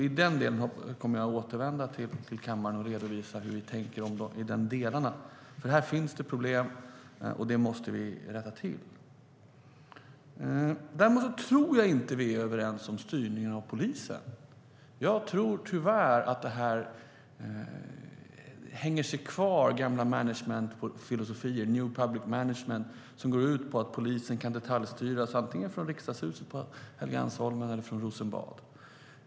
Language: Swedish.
I den delen kommer jag att återvända till kammaren och redovisa hur vi tänker. Här finns problem som måste rättas till. Däremot är vi inte överens om styrningen av polisen. Jag tror, tyvärr, att det hänger sig kvar gamla managementfilosofier, new public management, som går ut på att polisen kan detaljstyras antingen från riksdagshuset på Helgeandsholmen eller från Rosenbad.